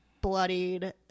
bloodied